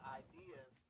ideas